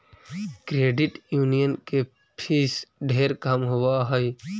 credit union के fees ढेर कम होब हई